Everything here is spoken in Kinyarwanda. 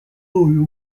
uyu